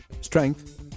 Strength